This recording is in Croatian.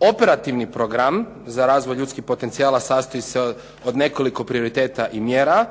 Operativni program za razvoj ljudskih potencijala sastoji se od nekoliko prioriteta i mjera.